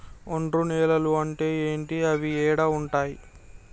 ఒండ్రు నేలలు అంటే ఏంటి? అవి ఏడ ఉంటాయి?